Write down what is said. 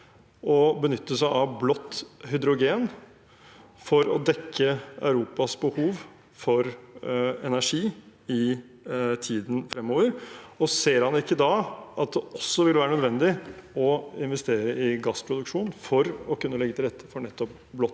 å benytte seg av blått hydrogen for å dekke Europas behov for energi i tiden fremover, og ser han ikke da at det også vil være nødvendig å investere i gassproduksjon for å kunne legge til rette for nettopp blått